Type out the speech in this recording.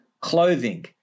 clothing